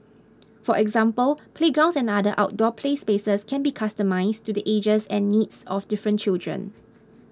for example playgrounds and other outdoor play spaces can be customised to the ages and needs of different children